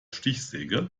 stichsäge